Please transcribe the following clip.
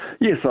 Yes